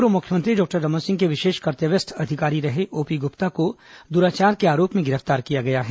पूर्व मुख्यमंत्री डॉक्टर रमन सिंह के विशेष कर्तव्यस्थ अधिकारी रहे ओपी गुप्ता को दुराचार के आरोप में गिरफ्तार किया गया है